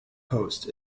post